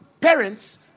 Parents